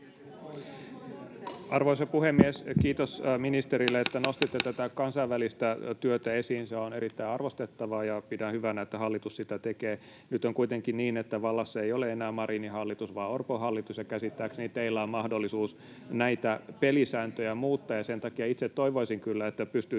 — Puhemies koputtaa] että nostitte tätä kansainvälistä työtä esiin — se on erittäin arvostettavaa, ja pidän hyvänä, että hallitus sitä tekee. Nyt on kuitenkin niin, että vallassa ei ole enää Marinin hallitus vaan Orpon hallitus, ja käsittääkseni teillä on mahdollisuus näitä pelisääntöjä muuttaa. Sen takia itse toivoisin kyllä,